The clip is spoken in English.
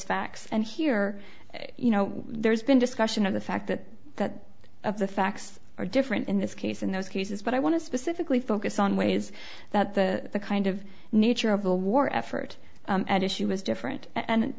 facts and here you know there's been discussion of the fact that that of the facts are different in this case in those cases but i want to specifically focus on ways that the kind of nature of the war effort at issue was different and